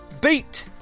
beat